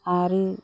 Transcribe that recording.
आरो